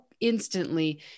instantly